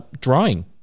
drawing